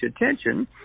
attention